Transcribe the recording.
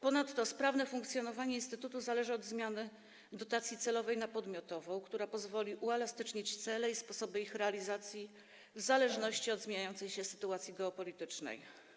Ponadto sprawne funkcjonowanie instytutu zależy od zmiany dotacji celowej na podmiotową, która pozwoli uelastycznić cele i sposoby ich realizacji, dostosować je do zmieniającej się sytuacji geopolitycznej.